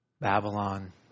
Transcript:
Babylon